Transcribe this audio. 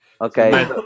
okay